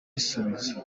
gisubizo